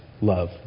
love